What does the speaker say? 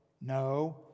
No